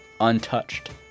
untouched